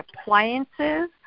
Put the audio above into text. appliances